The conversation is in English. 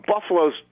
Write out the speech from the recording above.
Buffalo's